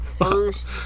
First